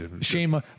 shame